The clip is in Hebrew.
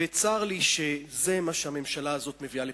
וצר לי שזה מה שהממשלה הזאת מביאה לפתחנו.